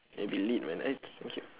may be lit man right okay